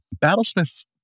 battlesmith